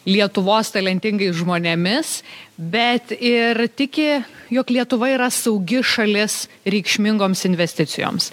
lietuvos talentingais žmonėmis bet ir tiki jog lietuva yra saugi šalis reikšmingoms investicijoms